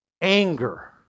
Anger